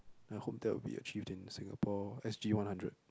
I hope that will be achieved in Singapore S_G one hundred